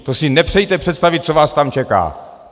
To si nepřejte představit, co vás tam čeká!